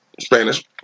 Spanish